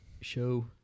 show